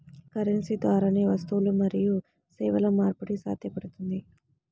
currency ద్వారానే వస్తువులు మరియు సేవల మార్పిడి సాధ్యపడుతుంది